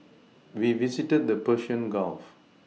we visited the Persian Gulf